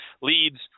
leads